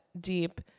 deep